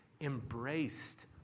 embraced